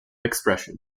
expression